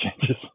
changes